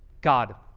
god.